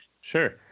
Sure